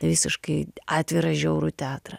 visiškai atvirą žiaurų teatrą